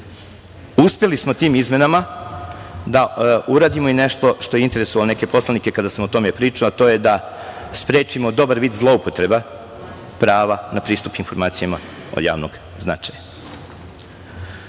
smo tim izmenama da uradimo i nešto što je interesovalo i neke poslanike kada sam o tome pričao, a to je da sprečimo dobar vid zloupotreba prava na pristup informacijama od javnog značaja. Zatim,